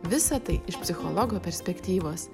visa tai iš psichologo perspektyvos